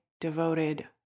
devoted